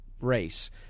race